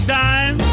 time